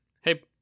hey